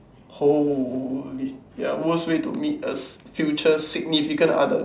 holy there are worst way to meet a future significant other